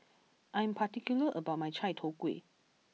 I am particular about my Chai Tow Kuay